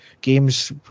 games